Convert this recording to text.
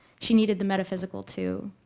she needed the metaphysical too.